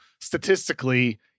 statistically